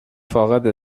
فاقد